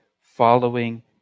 following